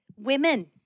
women